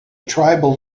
tribal